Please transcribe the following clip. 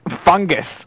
fungus